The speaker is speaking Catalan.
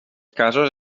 casos